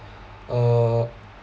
uh